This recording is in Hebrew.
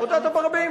הודעת ברבים.